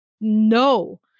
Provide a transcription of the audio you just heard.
No